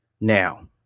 Now